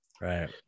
Right